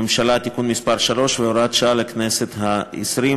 הממשלה (תיקון מס' 3 והוראת שעה לכנסת ה-20),